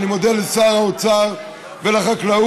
ואני מודה לשרי האוצר ולחקלאות,